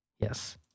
yes